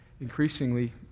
increasingly